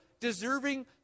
deserving